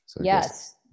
Yes